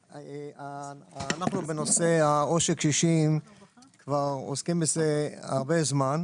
אנחנו בנושא עושק הקשישים עוסקים כבר הרבה זמן,